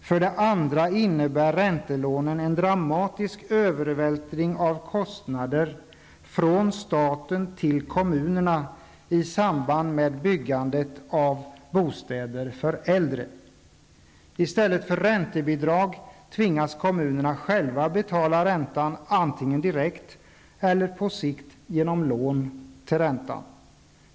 För det andra innebär räntelånen en dramatisk övervältring av kostnader från staten till kommunerna i samband med byggandet av bostäder för äldre. I stället för räntebidrag tvingas kommunerna själva betala räntan, antingen direkt eller på sikt genom lån till räntan.